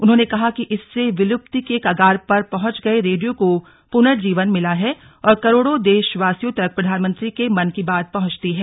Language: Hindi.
उन्होंने कहा कि इससे विलुप्ति की कगार पर पहच गए रेडियो को पुनर्जीवन मिला है और करोड़ों देशवासियों तक प्रधानमंत्री के मन की बात पहंचती है